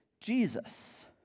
Jesus